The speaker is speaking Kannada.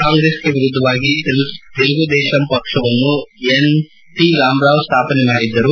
ಕಾಂಗ್ರೆಸ್ಗೆ ವಿರುದ್ದವಾಗಿ ತೆಲುಗು ದೇಶಂ ಪಕ್ಷವನ್ನು ಎನ್ಟಿ ರಾಮರಾವ್ ಸ್ಟಾಪನೆ ಮಾಡಿದ್ದರು